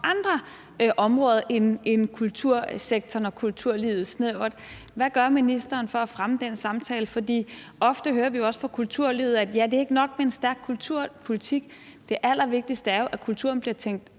andre områder end kultursektoren og kulturlivet snævert. Hvad gør ministeren for at fremme den samtale? For ofte hører vi også fra kulturlivet, at det ikke er nok med en stærk kulturpolitik. Det allervigtigste er jo, at kulturen bliver tænkt